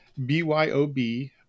BYOB